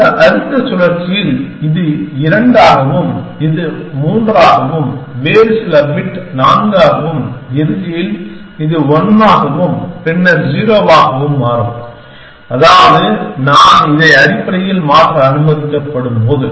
இந்த அடுத்த சுழற்சியில் இது 2 ஆகவும் இது 3 ஆகவும் வேறு சில பிட் 4 ஆகவும் இறுதியில் இது 1 ஆகவும் பின்னர் 0 ஆகவும் மாறும் அதாவது நான் அதை அடிப்படையில் மாற்ற அனுமதிக்கப்படும்போது